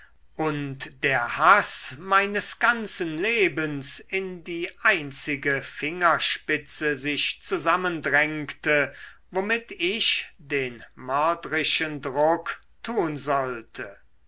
und der haß meines ganzen lebens in die einzige fingerspitze sich zusammendrängte womit ich den mördrischen druck tun sollte